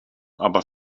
aber